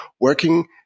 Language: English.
working